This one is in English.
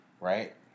right